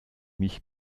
mich